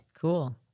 Cool